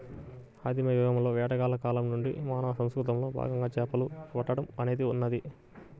ఆదిమ యుగంలోని వేటగాళ్ల కాలం నుండి మానవ సంస్కృతిలో భాగంగా చేపలు పట్టడం అనేది ఉన్నది